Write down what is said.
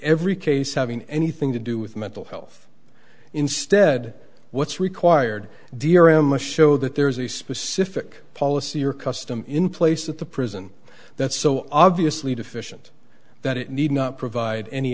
every case having anything to do with mental health instead what's required dram a show that there is a specific policy or custom in place at the prison that's so obviously deficient that it need not provide any